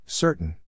Certain